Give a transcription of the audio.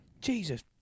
Jesus